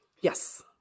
Yes